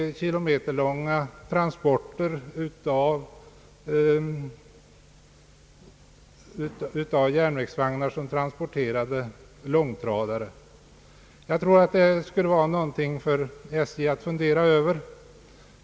Vi såg kilometerlånga transporter av järnvägsvagnar, som fraktade långtradare. Jag tror att det skulle vara någonting för SJ att fundera över.